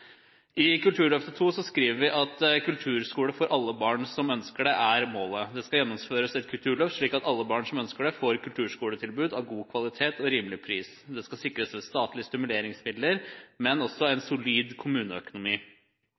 I Kulturløftet II skriver vi at kulturskole for alle barn som ønsker det, er målet. Det skal gjennomføres et kulturløft, slik at alle barn som ønsker det, får et kulturskoletilbud av god kvalitet og til rimelig pris. Det skal sikres ved statlige stimuleringsmidler, men også ved en solid kommuneøkonomi.